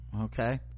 okay